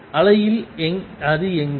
அலையில் அது எங்கே